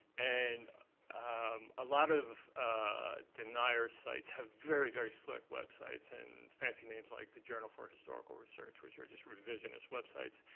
and um a lot of denier sites have very, very slick web sites and fancy names like the journal for historical research, which are just revisionist web sites.